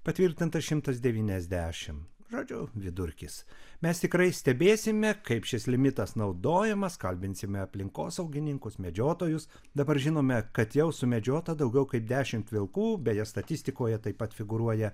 patvirtinta šimtas devyniasdešimt žodžiu vidurkis mes tikrai stebėsime kaip šis limitas naudojamas kalbinsime aplinkosaugininkus medžiotojus dabar žinome kad jau sumedžiota daugiau kaip dešimt vilkų beje statistikoje taip pat figūruoja